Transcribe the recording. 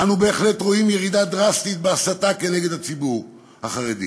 אנו בהחלט רואים ירידה דרסטית בהסתה נגד הציבור החרדי